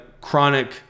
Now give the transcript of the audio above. chronic